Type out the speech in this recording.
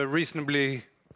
reasonably